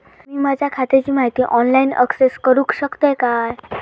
मी माझ्या खात्याची माहिती ऑनलाईन अक्सेस करूक शकतय काय?